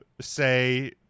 say